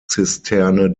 zisterne